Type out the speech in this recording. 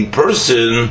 person